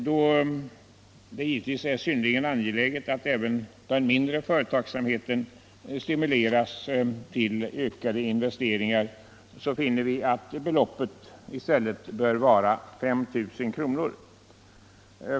Då det givetvis är synnerligen angeläget att även den mindre företagsamheten stimuleras till ökade investeringar finner vi att beloppet i stället borde vara 5 000 kr.